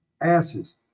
asses